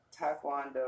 Taekwondo